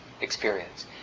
experience